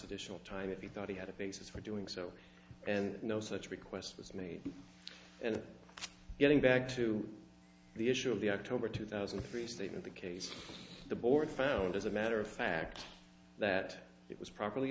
additional time if he thought he had a basis for doing so and no such request was made and getting back to the issue of the october two thousand and three statement the case the board found as a matter of fact that it was properly